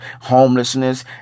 homelessness